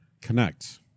connect